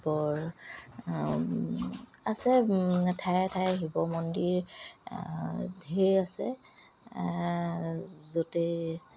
আছে ঠায়ে ঠায়ে শিৱ মন্দিৰ ঢেৰ আছে য'তে